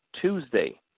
Tuesday